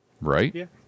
right